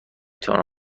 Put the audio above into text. توانم